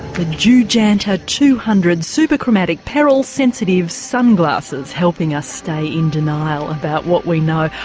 the joo janta two hundred super-chromatic peril sensitive sunglasses helping us stay in denial about what we know.